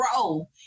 grow